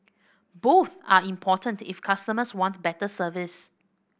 both are important if customers want better service